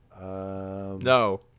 No